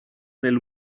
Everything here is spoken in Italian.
nel